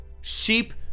Sheep